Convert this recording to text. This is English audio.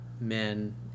men